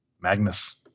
Magnus